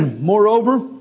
moreover